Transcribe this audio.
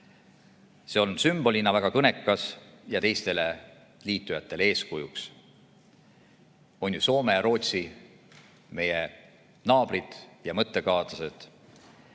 See on sümbolina väga kõnekas ja teistele liitujatele eeskujuks. On ju Soome ja Rootsi meie naabrid ja mõttekaaslased,